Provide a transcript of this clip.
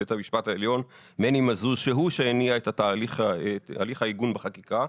בית המשפט העליון מני מזוז שהוא שהניע את הליך העיגון בחקיקה.